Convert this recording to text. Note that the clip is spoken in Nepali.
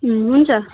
हुन्छ